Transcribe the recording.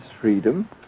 freedom